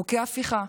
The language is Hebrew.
חוקי הפיכה,